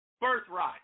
birthright